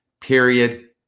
period